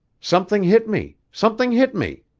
something hit me! something hit me!